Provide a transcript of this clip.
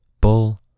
Bull